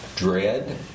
Dread